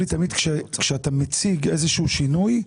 חשוב לי שכאשר אתה מציג איזשהו שינוי,